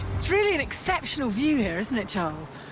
it's really an exceptional view here, isn't it, charles?